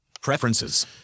Preferences